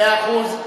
מאה אחוז.